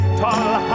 tall